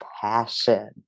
passion